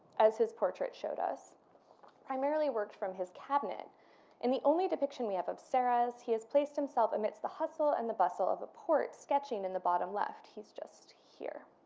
as his portrait showed us primarily worked from his cabinet in the only depiction we have of serres he has placed himself amidst the hustle and the bustle of a port sketching in the bottom left he's just here.